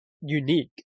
unique